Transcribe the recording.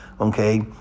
okay